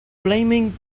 blaming